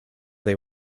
they